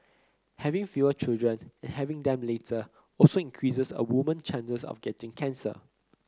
having fewer children and having them later also increases a woman chances of getting cancer